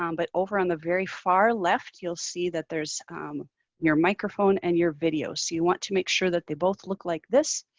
um but over on the very far left you'll see that there's your microphone and your video. so you want to make sure that they both look like this.